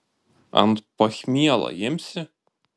ant pachmielo imsi